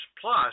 plus